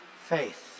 faith